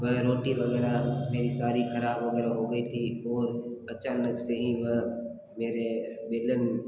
वह रोटी वगैरह मेरी सारी खराब वगेरा हो गई थी और अचानक से ही वह मेरे बेलन